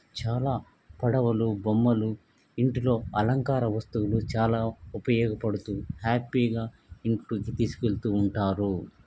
చాలా పడవలు బొమ్మలు ఇంటిలో అలంకార వస్తువులు చాలా ఉపయోగపడుతు హ్యాపీగా ఇంటి నుంచి తీసుకు వెళుతు ఉంటారు